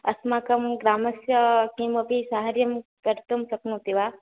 अस्माकं ग्रामस्य किमपि कार्यं कर्तुं शक्नोति वा